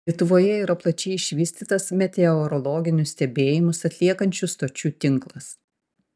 lietuvoje yra plačiai išvystytas meteorologinius stebėjimus atliekančių stočių tinklas